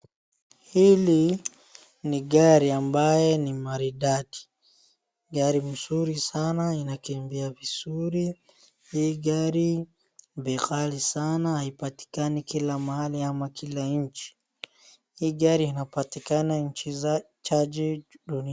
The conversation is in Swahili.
Hili, ni gari ambaye ni maridadi. Gari mzuri sana inakimbia vizuri hii gari, ni ghali sana, haipatikani kila mahali ama kila nchi hii gari inapatikana nchi chache duniani.